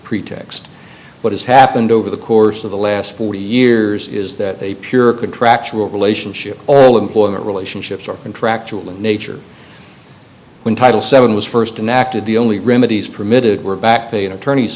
pretext what has happened over the course of the last forty years is that a pure contractual relationship all employment relationships are contractual in nature when title seven was st inactive the only remedy is permitted we're back to an attorney